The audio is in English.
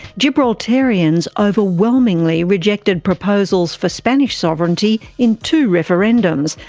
gibraltarians overwhelmingly rejected proposals for spanish sovereignty in two referendums,